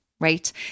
right